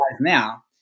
now